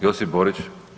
Josip Borić.